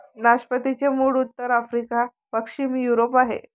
नाशपातीचे मूळ उत्तर आफ्रिका, पश्चिम युरोप आहे